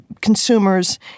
consumers